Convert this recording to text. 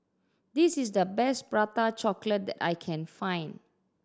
this is the best Prata Chocolate that I can find